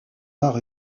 arts